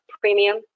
premium